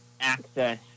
access